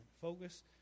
Focus